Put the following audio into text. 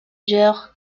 joueur